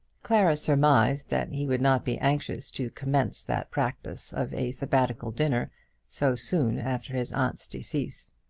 clara surmised that he would not be anxious to commence that practice of a sabbatical dinner so soon after his aunt's decease.